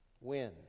Win